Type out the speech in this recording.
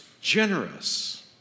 generous